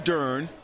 Dern